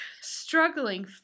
Struggling